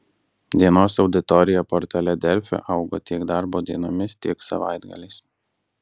dienos auditorija portale delfi augo tiek darbo dienomis tiek savaitgaliais